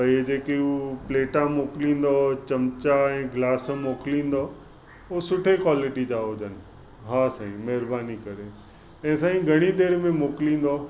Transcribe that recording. भई जेकी हूं प्लेटा मोकिलींदव चमिचा ऐं ग्लास मोकिलींदो उहो सुठे क्वालिटी जा हुजनि हा साईं महिरबानी करे ऐं साईं घणी देरि में मोकिलींदो